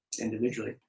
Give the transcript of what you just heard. individually